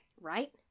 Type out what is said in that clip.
Right